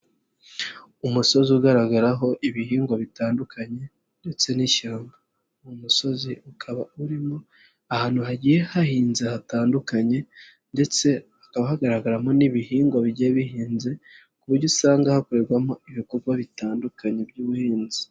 Umusozi ugaragaraho ibihingwa bitandukanye ndetse n'ishyamba. Uwo musozi ukaba urimo ahantu hagiye hahinze hatandukanye ndetse hakaba hagaragaramo n'ibihingwa bigiye bihinze, ku buryo usanga hakorerwamo ibikorwa bitandukanye by'ubuhinzi.